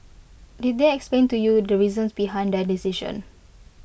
did they explain to you the reasons behind their decision